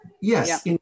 Yes